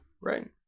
Right